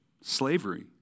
slavery